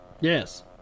Yes